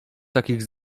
takich